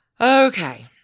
Okay